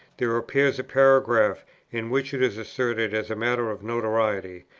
there appears a paragraph in which it is asserted, as a matter of notoriety,